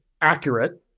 accurate